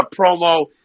promo